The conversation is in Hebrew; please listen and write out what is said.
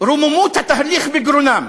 רוממות התהליך בגרונם.